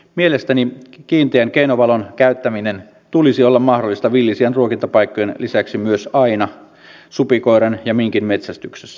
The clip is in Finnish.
mielestäni kiinteän keinovalon käyttämisen tulisi olla mahdollista villisian ruokintapaikkojen lisäksi myös aina supikoiran ja minkin metsästyksessä